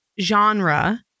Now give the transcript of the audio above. genre